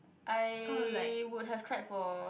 I would have tried for